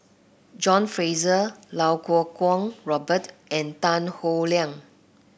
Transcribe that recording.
John Fraser Iau Kuo Kwong Robert and Tan Howe Liang